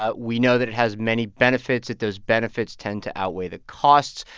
ah we know that it has many benefits, that those benefits tend to outweigh the costs.